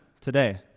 today